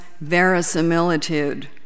verisimilitude